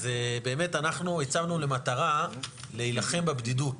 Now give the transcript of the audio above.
אז באמת אנחנו הצבנו למטרה להילחם בבדידות.